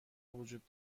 وجود